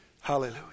Hallelujah